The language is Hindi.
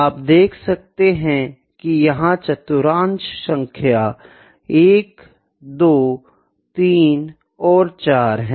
आप देख सकते है की यह चतुर्थांश सांख्य 1 2 3 और 4 है